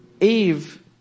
Eve